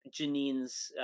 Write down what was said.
Janine's